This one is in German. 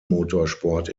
motorsport